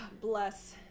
bless